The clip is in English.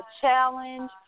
challenge